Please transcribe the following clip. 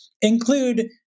include